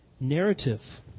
narrative